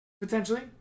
Potentially